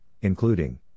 including